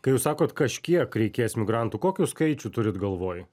kai jūs sakot kažkiek reikės migrantų kokių skaičių turit galvoj